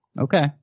Okay